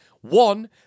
one